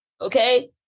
okay